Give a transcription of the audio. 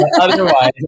Otherwise